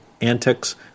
antics